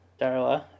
Darla